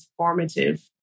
transformative